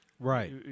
Right